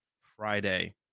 Friday